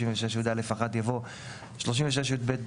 36יא1" יבוא "36יב(ד),